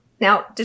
Now